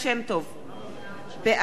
בעד שכיב שנאן,